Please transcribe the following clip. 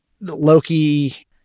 Loki